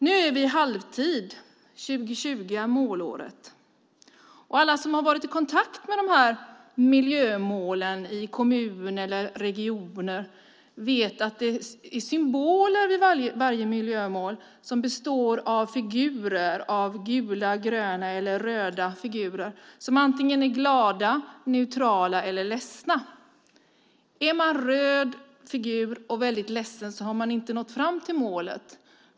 Nu är vi i halvtid. År 2020 är målåret. Alla som har varit i kontakt med miljömålen i kommuner eller regioner vet att det finns symboler vid varje miljömål. Det är gula, gröna eller röda figurer som antingen är glada, neutrala eller ledsna. Finns det en röd figur som är väldigt ledsen har man inte nått fram till målet.